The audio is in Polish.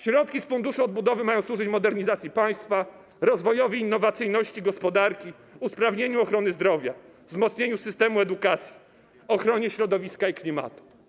Środki z Funduszu Odbudowy mają służyć modernizacji państwa, rozwojowi innowacyjności, gospodarki, usprawnieniu ochrony zdrowia, wzmocnieniu systemu edukacji, ochronie środowiska i klimatu.